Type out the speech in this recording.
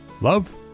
Love